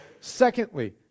secondly